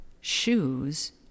shoes